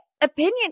opinion